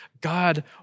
God